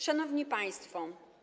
Szanowni Państwo!